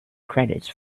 credits